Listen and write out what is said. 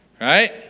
Right